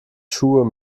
schuhe